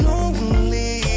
Lonely